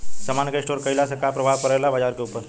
समान के स्टोर काइला से का प्रभाव परे ला बाजार के ऊपर?